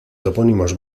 topónimos